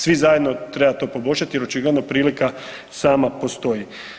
Svi zajedno treba to poboljšat jer očigledno prilika sama postoji.